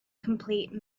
complete